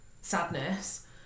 sadness